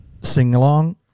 sing-along